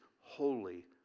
holy